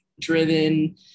driven